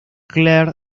clair